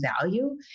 value